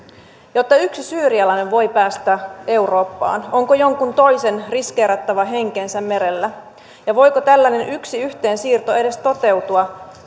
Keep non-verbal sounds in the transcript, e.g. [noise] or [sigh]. jotta yksi syyrialainen voi päästä eurooppaan onko jonkun toisen riskeerattava henkensä merellä ja voiko tällainen yksi yhteen siirto edes toteutua [unintelligible]